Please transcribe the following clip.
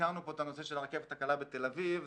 הזכרנו פה את הנושא של הרכבת הקלה בתל אביב.